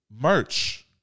merch